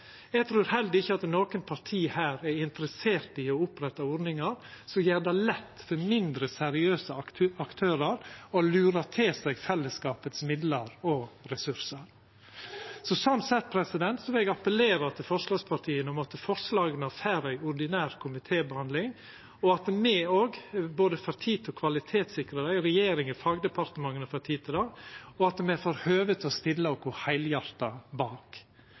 Eg trur heller ikkje at noko parti her er interessert i å oppretta ordningar som gjer det lett for mindre seriøse aktørar å lura til seg fellesskapets midlar og ressursar. Slik sett vil eg appellera til forslagspartia om at forslaga får ei ordinær komitébehandling, og at både me får tid til å kvalitetssikra dei og regjeringa og fagdepartementa får tid til det, og at me får høve til å stilla oss heilhjarta bak.